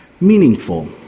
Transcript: meaningful